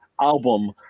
album